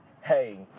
Hey